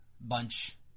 bunch